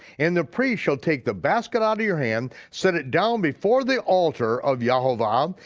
and the priest shall take the basket out of your hand, set it down before the altar of yehovah, um